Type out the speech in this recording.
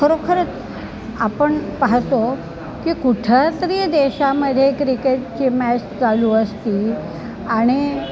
खरोखरच आपण पाहतो की कुठंतरी देशामध्ये क्रिकेटची मॅच चालू असते आणि